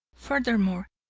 furthermore,